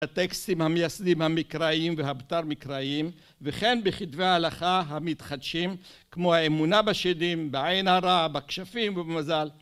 הטקסטים המייסדים המקראיים והבטר מקראיים, וכן בכתבי ההלכה המתחדשים כמו האמונה בשדים, בעין הרע, בכשפים ובמזל